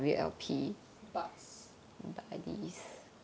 but